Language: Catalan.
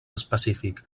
específic